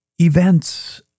events